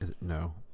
No